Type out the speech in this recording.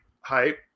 hype